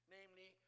Namely